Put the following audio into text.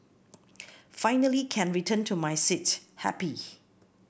finally can return to my seat happy